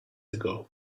ago